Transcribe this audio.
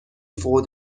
for